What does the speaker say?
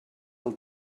del